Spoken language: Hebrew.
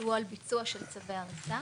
שהוא על ביצוע לש צווי הריסה.